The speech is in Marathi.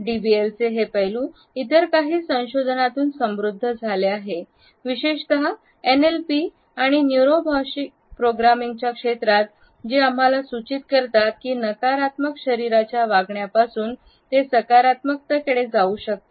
डीबीएलचे हे पैलू इतर काही संशोधनातून समृद्ध झाले आहे विशेषत एनएलपी किंवा न्यूरो भाषिक प्रोग्रामिंगच्या क्षेत्रात जे आम्हाला सूचित करतात की नकारात्मक शरीराच्या वागण्यापासून ते सकारात्मकतेकडे जाऊ शकते